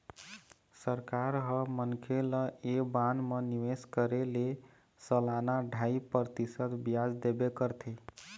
सरकार ह मनखे ल ऐ बांड म निवेश करे ले सलाना ढ़ाई परतिसत बियाज देबे करथे